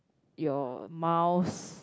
your mouse